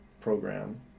program